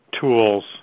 tools